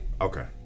okay